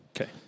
Okay